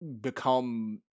become